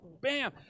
bam